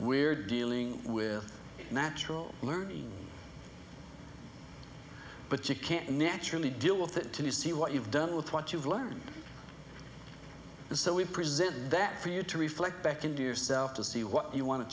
we're dealing with natural learning but you can't naturally deal with it to see what you've done with what you've learned and so we present that for you to reflect back into yourself to see what you want to